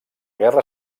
guerra